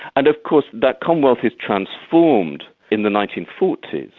and of course that commonwealth is transformed in the nineteen forty s,